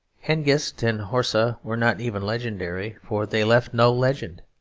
hengist and horsa were not even legendary, for they left no legend.